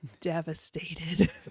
devastated